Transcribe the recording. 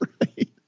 Right